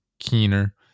keener